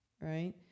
right